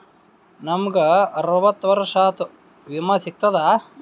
ನಮ್ ಗ ಅರವತ್ತ ವರ್ಷಾತು ವಿಮಾ ಸಿಗ್ತದಾ?